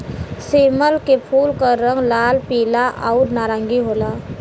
सेमल के फूल क रंग लाल, पीला आउर नारंगी होला